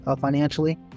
financially